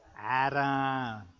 Adam